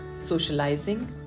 socializing